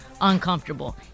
uncomfortable